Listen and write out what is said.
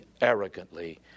arrogantly